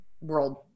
world